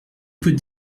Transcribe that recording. peut